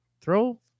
Throw